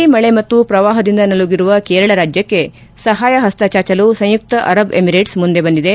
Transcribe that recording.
ಭಾರಿ ಮಳೆ ಮತ್ತು ಪ್ರವಾಹದಿಂದ ನಲುಗಿರುವ ಕೇರಳ ರಾಜ್ಯಕ್ಷೆ ಸಹಾಯ ಹಸ್ತ ಚಾಚಲು ಸಂಯುಕ್ತ ಅರಬ್ ಎಮಿರೇಟ್ಸ್ ಮುಂದೆ ಬಂದಿದೆ